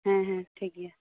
ᱦᱮᱸ ᱦᱮᱸ ᱴᱷᱤᱠ ᱜᱮᱭᱟ